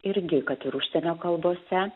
irgi kad ir užsienio kalbose